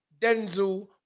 Denzel